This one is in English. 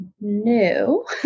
no